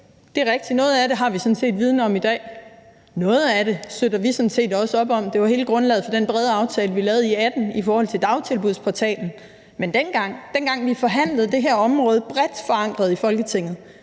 Det er rigtigt, at noget af det har vi sådan set viden om i dag. Noget af det støtter vi sådan set også op om. Det er jo hele grundlaget for den brede aftale, som vi lavede i 2018 i forhold til Dagtilbudsportalen. Det var, dengang vi bredt forankret i Folketinget